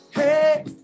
Hey